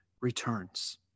returns